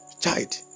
Child